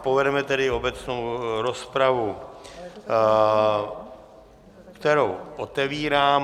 Povedeme tedy obecnou rozpravu, kterou otevírám.